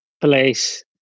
place